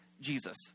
Jesus